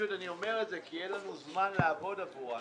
אני אומר את זה כי אין לנו זמן לעבוד עבורם.